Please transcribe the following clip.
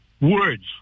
words